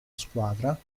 squadra